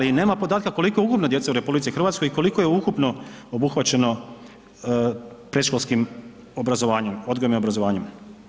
Ali, nema podataka koliko ukupno djece u RH i koliko je ukupno obuhvaćeno predškolskim obrazovanjem, odgojem i obrazovanjem.